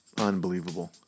Unbelievable